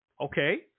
Okay